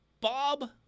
Bob